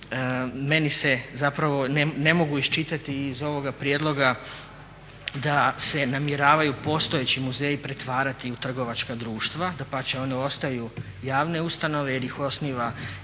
društava. Ne mogu iščitati iz ovoga prijedloga da se namjeravaju postojeći muzeji pretvarati u trgovačka društva, dapače oni ostaju javne ustanove jer ih osniva ili